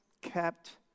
kept